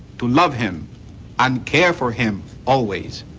to love him and care for him always